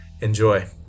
Enjoy